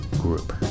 group